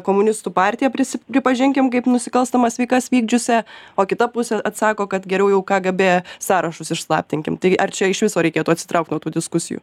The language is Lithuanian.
komunistų partiją prisi pripažinkim kaip nusikalstamas veikas vykdžiusią o kita pusė atsako kad geriau jau kgb sąrašus išslaptinkim tai ar čia iš viso reikėtų atsitraukt nuo tų diskusijų